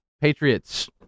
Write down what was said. Patriots